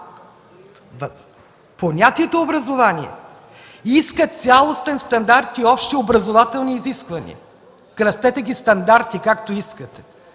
понятието „образование” иска цялостен стандарт и общообразователни изисквания. Кръстете ги „стандарти”, както искате,